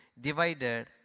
Divided